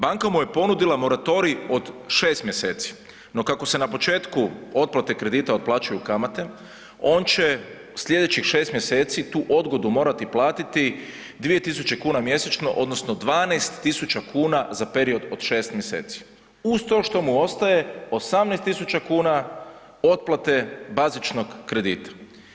Banka mu je ponudila moratorij od 6 mjeseci, no kako se na početku otplate kredita otplaćuju kamate on će slijedećih 6 mjeseci tu odgodu morati platiti 2.000 kuna mjesečno odnosno 12.000 kuna za period od 6 mjeseci uz to što mu ostaje 18.000 kuna otplate bazičnog kredita.